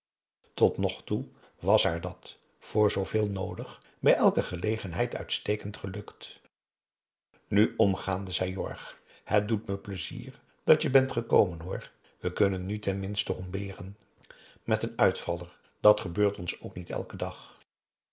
totnogtoe was haar dat voor zooveel noodig bij elke gelegenheid uitstekend gelukt nu omgaande zei jorg het doet me pleizier dat je bent gekomen hoor we kunnen nu ten minste homberen met een uitvaller dat gebeurt ons ook niet elken dag